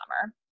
summer